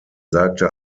sagte